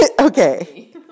Okay